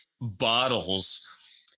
bottles